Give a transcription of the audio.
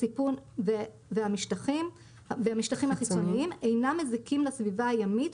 הסיפון והמשטחים החיצוניים אינם מזיקים לסביבה הימית,